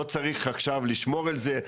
לא צריך עכשיו לשמור את זה,